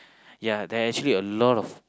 ya there are actually a lot of